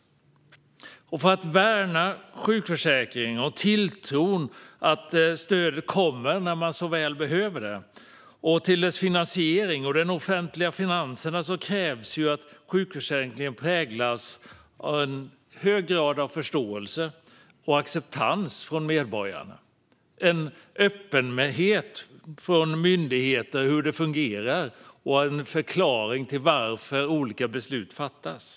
För att värna sjukförsäkringen och tilltron till att stödet kommer när man så väl behöver det liksom till dess finansiering och de offentliga finanserna krävs att sjukförsäkringen präglas av en hög grad av förståelse och acceptans från medborgarna. Det måste finnas en öppenhet från myndigheterna om hur det fungerar. Det måste också ges en förklaring till varför olika beslut fattas.